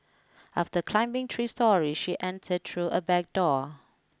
after climbing three storey she enter through a back door